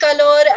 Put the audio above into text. color